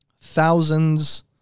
thousands